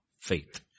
faith